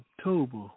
October